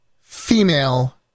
female